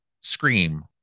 Scream